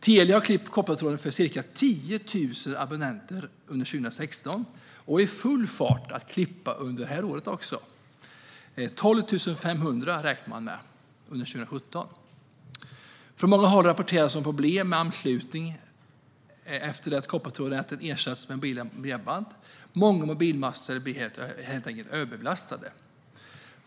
Telia har klippt koppartråden för ca 10 000 abonnenter under 2016 och fortsätter i full fart att klippa koppartråd även under detta år - 12 500 räknar man med under 2017. Från många håll rapporteras om problem med anslutning efter att koppartråden har ersatts med mobila bredband. Många mobilmaster blir helt enkelt överbelastade.